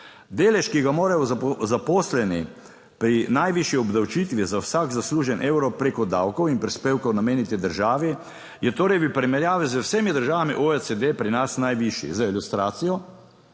Delež, ki ga morajo zaposleni pri najvišji obdavčitvi za vsak zaslužen evro preko davkov in prispevkov nameniti državi, je torej v primerjavi z vsemi državami OECD pri nas najvišji. Za ilustracijo,